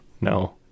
No